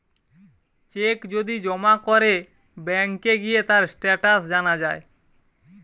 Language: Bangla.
চেক যদি জমা করে ব্যাংকে গিয়ে তার স্টেটাস জানা যায়